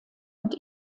und